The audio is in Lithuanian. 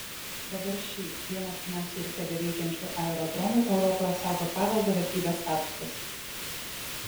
dabar šį vieną seniausių ir tebeveikiančių aerodromų europoje saugo paveldo vertybės statusas